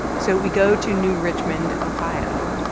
so we go to new richmond, ohio i